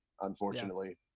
unfortunately